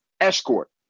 escort